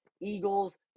Eagles